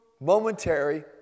momentary